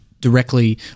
directly